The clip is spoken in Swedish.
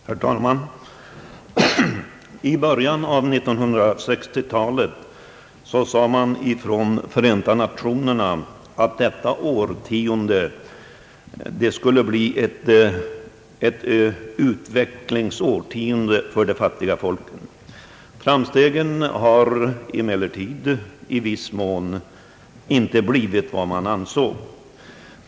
Herr talman! I början. av 1960-talet proklamerade Förenta Nationerna detta årtionde som utvecklingens årtionde för de fattiga folken. Framstegen har emellertid i viss mån inte blivit vad man av såg.